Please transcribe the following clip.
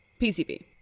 PCB